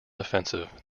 offensive